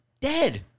dead